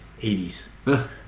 80s